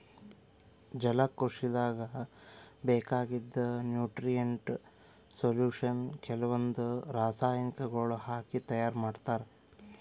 ಜಲಕೃಷಿದಾಗ್ ಬೇಕಾಗಿದ್ದ್ nutrient solution ಕೆಲವಂದ್ ರಾಸಾಯನಿಕಗೊಳ್ ಹಾಕಿ ತೈಯಾರ್ ಮಾಡ್ತರ್